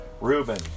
Reuben